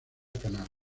canal